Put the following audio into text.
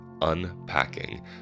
unpacking